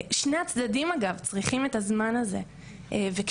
שני הצדדים אגב צריכים את הזמן הזה וכשמגיעים